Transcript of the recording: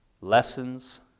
Lessons